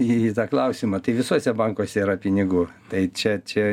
į tą klausimą tai visuose bankuose yra pinigų tai čia čia